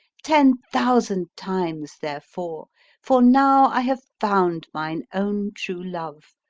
ten thousand times therefore for nowe i have founde mine owne true love,